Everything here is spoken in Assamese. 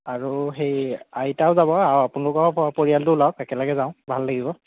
আৰু সেই আইতাও যাব আৰু আপোনালোকৰ পৰিয়ালটো ওলাওক একেলগে যাওঁ ভাল লাগিব